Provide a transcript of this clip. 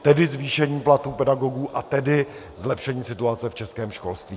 Tedy zvýšení platů pedagogů a tedy zlepšení situace v českém školství.